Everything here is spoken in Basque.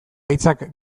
hitzak